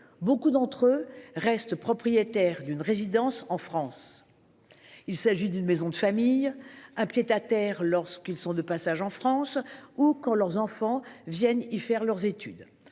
Beaucoup d'entre eux restent propriétaires d'une résidence en France. Ils sont propriétaires d'une maison de famille ou disposent d'un pied-à-terre lorsqu'ils sont de passage en France ou quand leurs enfants viennent y faire leurs études.